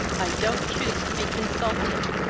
i don't choose to be consulted.